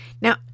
Now